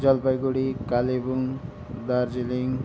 Jalpaiguri Kalimpong Darjeeling